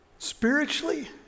spiritually